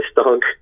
stunk